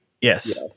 Yes